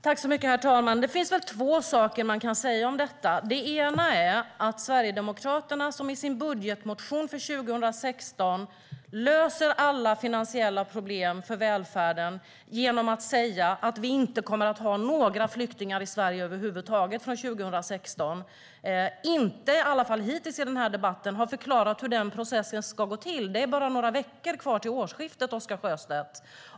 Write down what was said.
Herr talman! Det finns två saker man kan säga om detta. Den ena är att Sverigedemokraterna, som i sin budgetmotion för 2016 löser alla finansiella problem för välfärden genom att säga att vi inte kommer att ha några flyktingar i Sverige över huvud taget från nästa år, inte hittills i den här debatten har förklarat hur den processen ska gå till. Det är bara några veckor kvar till årsskiftet, Oscar Sjöstedt.